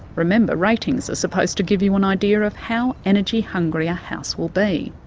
remember, ratings are supposed to give you an idea of how energy-hungry a house will be.